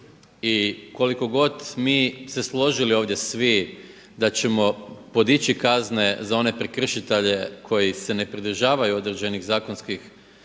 I koliko god mi se složili ovdje svi da ćemo podići kazne za one prekršitelje koji se ne pridržavaju određenih zakonskih